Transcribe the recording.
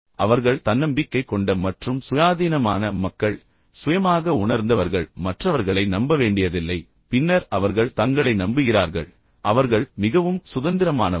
அவர்கள் தன்னம்பிக்கை கொண்ட மற்றும் சுயாதீனமான மக்கள் சுயமாக உணர்ந்தவர்கள் மற்றவர்களை நம்ப வேண்டியதில்லை பின்னர் அவர்கள் தங்களை நம்புகிறார்கள் அவர்கள் மிகவும் சுதந்திரமானவர்கள்